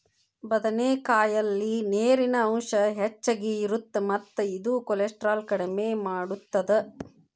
ಬದನೆಕಾಯಲ್ಲಿ ನೇರಿನ ಅಂಶ ಹೆಚ್ಚಗಿ ಇರುತ್ತ ಮತ್ತ ಇದು ಕೋಲೆಸ್ಟ್ರಾಲ್ ಕಡಿಮಿ ಮಾಡತ್ತದ